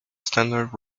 standard